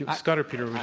scott or peter.